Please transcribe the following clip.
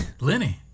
Lenny